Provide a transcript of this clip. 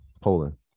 Poland